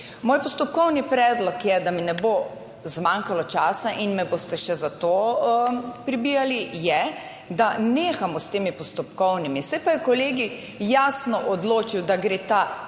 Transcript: Moj postopkovni predlog je, da mi ne bo zmanjkalo časa in me boste še za to pribijali je, da nehamo s temi postopkovnimi, se pa je Kolegij jasno odločil, da gre ta